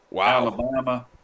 Alabama